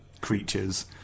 creatures